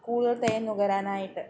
കൂടുതൽ തേൻ നുകരാനായിട്ട്